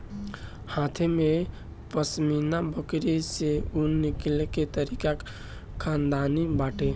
हाथे से पश्मीना बकरी से ऊन निकले के तरीका खानदानी बाटे